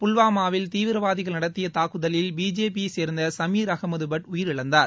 புல்வாமாவில் தீவிரவாதிகள் நடத்திய தாக்குதலில் பிஜேபியைச்சேர்ந்த சமீர் அகமது பட் உயிரிழந்தார்